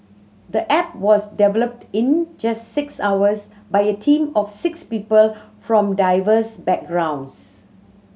the app was developed in just six hours by a team of six people from diverse backgrounds